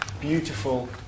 Beautiful